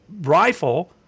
rifle